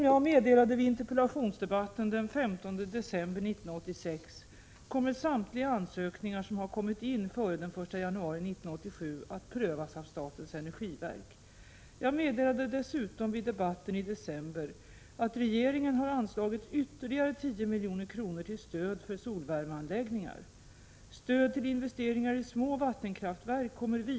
Jag tackar miljöoch energiministern för svaret.